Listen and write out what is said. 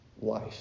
life